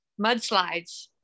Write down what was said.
mudslides